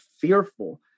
fearful